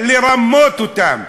זה לרמות אותם.